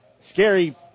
scary